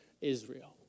Israel